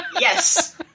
Yes